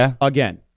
again